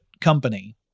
company